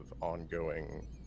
ongoing